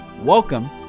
Welcome